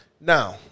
Now